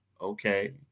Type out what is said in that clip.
okay